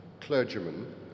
clergymen